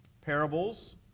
Parables